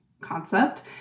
concept